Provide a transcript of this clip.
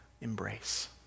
embrace